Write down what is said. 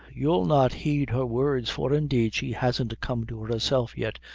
you'll not heed her words for, indeed, she hasn't come to herself yet.